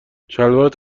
شلوارت